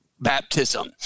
baptism